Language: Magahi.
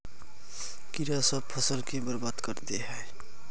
कीड़ा सब फ़सल के बर्बाद कर दे है?